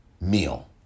meal